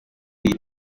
iyi